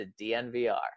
DNVR